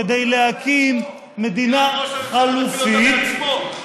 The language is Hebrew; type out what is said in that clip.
כדי להקים ממשלה חלופית,